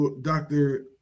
Dr